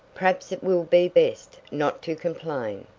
perhaps it will be best not to complain.